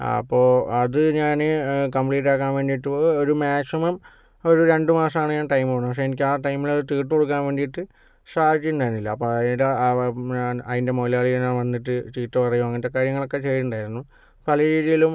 ആ അപ്പോൾ അത് ഞാൻ കംപ്ലീറ്റ് ആക്കുവാൻ വേണ്ടിയിട്ട് ഒരു മാക്സിമം ഒരു രണ്ട് മാസമാണ് ഞാൻ ടൈം പറഞ്ഞത് പക്ഷെ എനിക്ക് ആ ടൈമിൽ അത് തീർത്ത് കൊടുക്കാൻ വേണ്ടിയിട്ട് സാധിച്ചിട്ടുണ്ടായിരുന്നില്ല അപ്പോൾ അതിന്റെ ഞാൻ അതിൻ്റെ മുതലാളി എല്ലാം വന്നിട്ട് ചീത്ത പറയുകയും അങ്ങനത്തെ കാര്യങ്ങളൊക്കെ ചെയ്യുകയുണ്ടായിരുന്നു പല രീതിയിലും